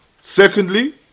Secondly